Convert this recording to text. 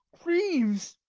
creams!